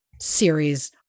series